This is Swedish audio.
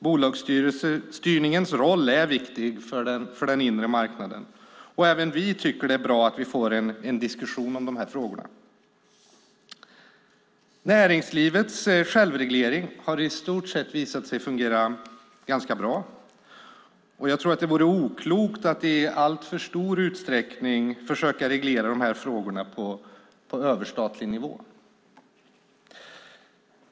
Bolagsstyrningens roll är viktig för den inre marknaden, och även vi tycker att det är bra att vi får en diskussion om de här frågorna. Näringslivets självreglering har i stort sett visat sig fungera ganska bra. Det vore oklokt att i alltför stor utsträckning försöka reglera de här frågorna på överstatlig nivå.